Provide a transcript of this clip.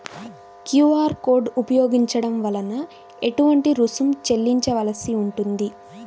QR code ఉపయోగించటం వలన ఏటువంటి రుసుం చెల్లించవలసి ఉంటుంది?